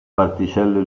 particelle